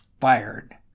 fired